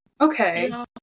Okay